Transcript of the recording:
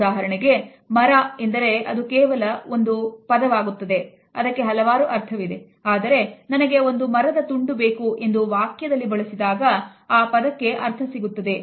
ಉದಾಹರಣೆಗೆ ಮರ ಎಂದರೆ ಅದು ಕೇವಲ ಒಂದು ಪದವಾಗುತ್ತದೆ